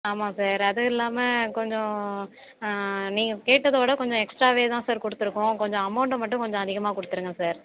ஆமாம் சார் அதுவும் இல்லாமல் கொஞ்சம் நீங்கள் கேட்டதோட கொஞ்சம் எக்ஸ்ட்ராவே தான் சார் கொடுத்துருக்கோம் கொஞ்சம் அமௌன்ட்டை மட்டும் கொஞ்சம் அதிகமாக கொடுத்துடுங்க சார்